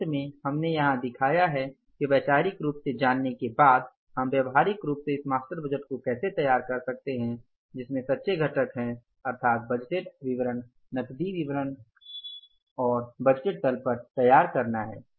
और अंत में हमने यहां दिखाया है कि वैचारिक रूप से जानने के बाद हम व्यावहारिक रूप से इस मास्टर बजट को कैसे तैयार कर सकते हैं जिसमें सच्चे घटक हैं अर्थात बजटेड आय विवरण नकदी विवरण नकद बजट और बजटेड तल पट तैयार करना है